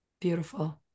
Beautiful